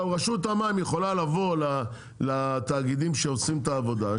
רשות המים יכולה לבוא לתאגידים שעושים את העבודה,